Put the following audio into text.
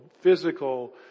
physical